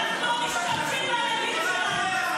אנחנו לא משתמשים בילדים שלנו,